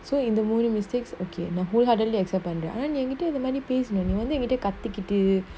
so in the whole mistakes okay and I wholeheartedly accept பண்றேன்ஆனாநீஎன்கிட்டவந்துபேசணும்ஆனாநீகத்திக்கிட்டு:panren ana nee enkita vandhu pesanum ana nee kathikitu